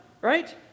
right